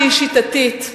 שהיא שיטתית,